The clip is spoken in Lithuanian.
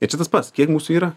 tai čia tas pats kiek mūsų yra